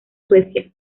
suecia